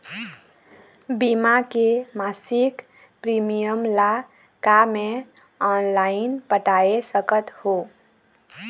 बीमा के मासिक प्रीमियम ला का मैं ऑनलाइन पटाए सकत हो?